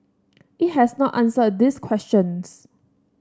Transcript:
it has not answered these questions